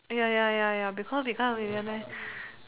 ya ya ya ya because we can't even meh